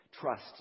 trust